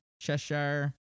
Cheshire